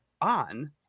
on